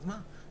אז מה?